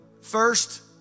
First